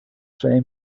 say